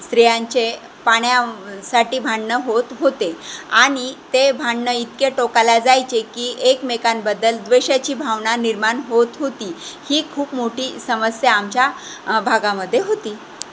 स्त्रियांचे पाण्यासाठी भांडणं होत होते आणि ते भांडणं इतके टोकाला जायचे की एकमेकांबद्दल द्वेषाची भावना निर्माण होत होती ही खूप मोठी समस्या आमच्या भागामध्ये होती